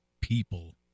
people